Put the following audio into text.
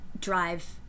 drive